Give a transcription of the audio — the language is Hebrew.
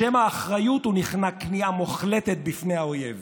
בשם האחריות הוא נכנע כניעה מוחלטת בפני האויב.